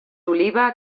oliva